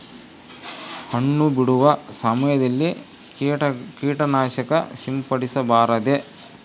ಹಣ್ಣು ಬಿಡುವ ಸಮಯದಲ್ಲಿ ಕೇಟನಾಶಕ ಸಿಂಪಡಿಸಬಾರದೆ?